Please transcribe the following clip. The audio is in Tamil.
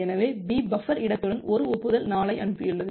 எனவே B பஃபர் இடத்துடன் ஒரு ஒப்புதல் 4 ஐ அனுப்பியுள்ளது